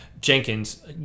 Jenkins